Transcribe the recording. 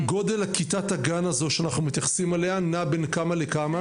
וגודל כיתת הגן הזאת שאנחנו מתייחסים אליה נע בין כמה לכמה?